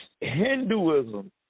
Hinduism